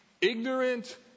Ignorant